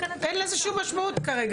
לפי מה שאני רואה, אין לזה שום משמעות כרגע.